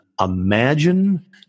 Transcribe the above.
imagine